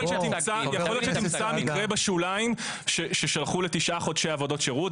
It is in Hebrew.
יכול להיות שתמצא מקרה בשוליים ששלחו לתשעה חודשי עבודות שירות,